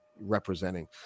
representing